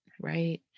Right